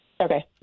Okay